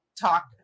talk